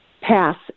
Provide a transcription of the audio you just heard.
pass